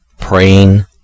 praying